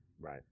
Right